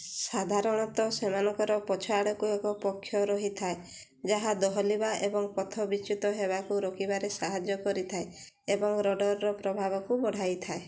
ସାଧାରଣତ ସେମାନଙ୍କର ପଛ ଆଡ଼କୁ ଏକ ପକ୍ଷ ରହିଥାଏ ଯାହା ଦୋହଲିବା ଏବଂ ପଥ ବିଚ୍ୟୁତ ହେବାକୁ ରୋକିବାରେ ସାହାଯ୍ୟ କରିଥାଏ ଏବଂ ରଡ଼ର୍ର ପ୍ରଭାବକୁ ବଢ଼ାଇଥାଏ